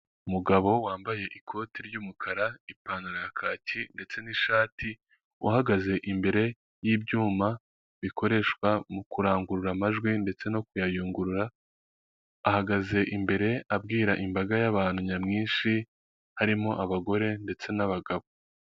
Umugabo wambaye ikoti ry'umukara ipantaro ya kaki ndetse n'ishati uhagaze imbere y'ibyuma bikoreshwa mu kurangurura amajwi ndetse no kuyayungurura ahagaze imbere abwira imbaga y'abantu nyamwinshi harimo abagore ndetse n'abagabo .